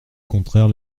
contraire